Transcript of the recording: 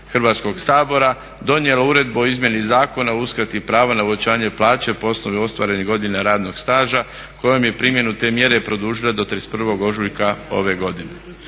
Hrvatskog sabor donijela uredbu o izmjeni Zakona o uskrati prava na uvećanje plaće po osnovi ostvarenih godina radnog staža kojom je primjenu te mjere produžila do 31. ožujka ove godine.